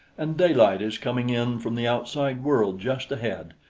and daylight is coming in from the outside world just ahead.